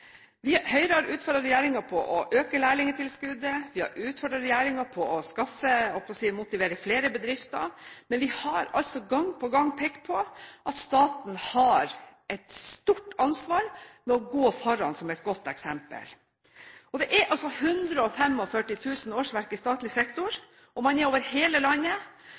Høyre har utfordret regjeringen på å øke lærlingtilskuddet. Vi har utfordret regjeringen på å motivere og skaffe til veie flere lærebedrifter. Vi har altså gang på gang pekt på at staten har et stort ansvar ved å gå foran som et godt eksempel. Det er 145 000 årsverk i statlig sektor, over hele landet. Selv i mindre kommuner, hvor man